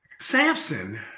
Samson